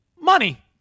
money